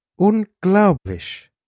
Unglaublich